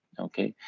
okay.